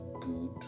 good